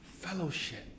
fellowship